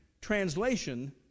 translation